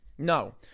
No